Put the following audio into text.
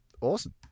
Awesome